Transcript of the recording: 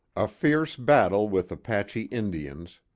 a fierce battle with apache indians.